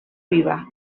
viva